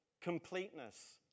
completeness